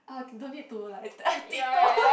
uh no need to like tiptoe